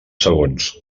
segons